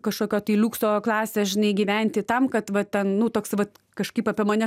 kažkokio tai liukso klasės žinai gyventi tam kad va ten nu toks vat kažkaip apie mane